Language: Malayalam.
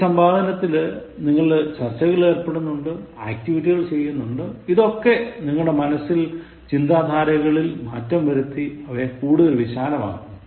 ഈ സമ്പാദനത്തിൽ നിങ്ങൾ ചർച്ചകളിൽ ഏർപ്പെടുന്നുണ്ട് ആക്ടിവിറ്റികൾ ചെയ്യുന്നുണ്ട് ഇതൊക്കെ നിങ്ങളുടെ മനസ്സിൽ ചിന്താധാരകളിൽ മാറ്റം വരുത്തി അവയെ കൂടുതൽ വിശാലമാക്കും